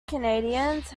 canadians